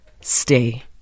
Stay